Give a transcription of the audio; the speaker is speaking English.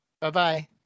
Bye-bye